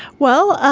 well,